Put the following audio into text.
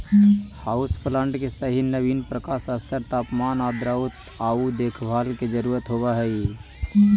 house plant के सही नवीन प्रकाश स्तर तापमान आर्द्रता आउ देखभाल के जरूरत होब हई